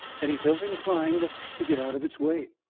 that he felt inclined to get out of its way.